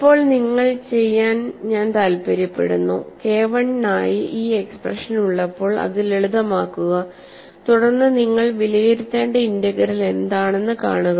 ഇപ്പോൾ നിങ്ങൾ ചെയ്യാൻ ഞാൻ താൽപ്പര്യപ്പെടുന്നു KI നായി ഈ എക്സ്പ്രഷൻ ഉള്ളപ്പോൾ അത് ലളിതമാക്കുക തുടർന്ന് നിങ്ങൾ വിലയിരുത്തേണ്ട ഇന്റഗ്രൽ എന്താണെന്ന് കാണുക